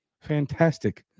fantastic